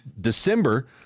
December